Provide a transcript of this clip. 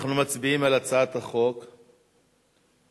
אנחנו מצביעים על הצעת החוק, בבקשה.